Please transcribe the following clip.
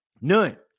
None